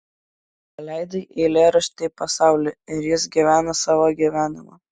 paleidai eilėraštį į pasaulį ir jis gyvena savo gyvenimą